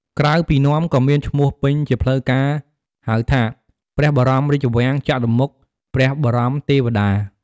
ក្រៅពីនាំក៏មានឈ្មោះពេញជាផ្លូវការណ៍ហៅថា "ព្រះបរមរាជវាំងចតុមុខ ព្រះបរមទេវតា"។